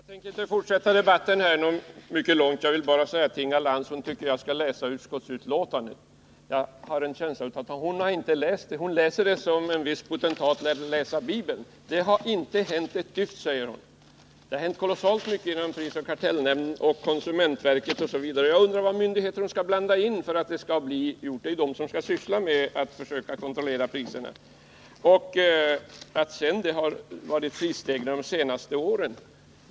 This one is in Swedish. Herr talman! Jag tänker inte fortsätta debatten mycket längre. Jag vill bara säga till Inga Lantz, som tycker att jag skall läsa utskottsbetänkandet, att jag har en känsla av att hon inte har läst betänkandet ordentligt. Inga Lantz läser utskottsbetänkandet som en viss potentat läser Bibeln. Det har inte hänt ett dyft, säger Inga Lantz. Jo, det har hänt kolossalt SS mycket inom prisoch kartellnämnden, inom konsumentverket osv. Jag undrar vilka myndigheter som skall blandas in för att detta skall bli gjort. Det är ju de här myndigheterna som skall syssla med att kontrollera priserna. Sedan har det naturligtvis varit prisstegringar under de senaste åren.